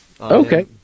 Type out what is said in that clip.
Okay